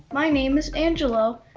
my name is angelo.